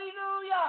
Hallelujah